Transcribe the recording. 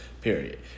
Period